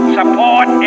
support